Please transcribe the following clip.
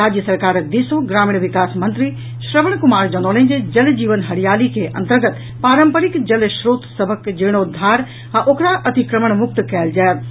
राज्य सरकारक दिस सँ ग्रामीण विकास मंत्री श्रवण कुमार जनौलनि जे जल जीवन हरियाली के अन्तर्गत पारंपरिक जल स्त्रोत सभक जीर्णोद्वार आ ओकरा अतिक्रमण मुक्त कयल जा रहल अछि